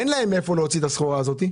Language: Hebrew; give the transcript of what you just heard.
אין להם איך להוציא את הסחורה הזאת.